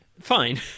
fine